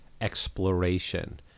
exploration